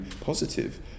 positive